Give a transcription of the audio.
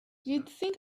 think